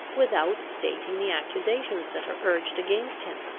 without stating the accusations that are urged against him,